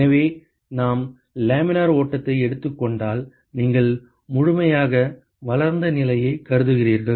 எனவே நாம் லேமினார் ஓட்டத்தை எடுத்துக் கொண்டால் நீங்கள் முழுமையாக வளர்ந்த நிலையைக் கருதுகிறீர்கள்